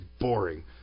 boring